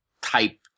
type